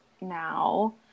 now